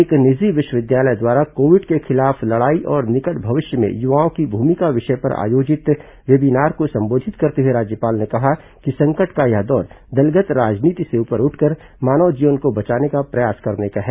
एक निजी विश्वविद्यालय द्वारा कोविड के खिलाफ लड़ाई और निकट भविष्य में युवाओं की भूमिका विषय पर आयोजित वेबीनार को संबोधित करते हुए राज्यपाल ने कहा कि संकट का यह दौर दलगत राजनीति से ऊपर उठकर मानव जीवन को बचाने का प्रयास करने का है